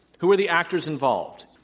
who are the actors involved?